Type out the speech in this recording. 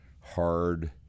hard